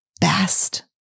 best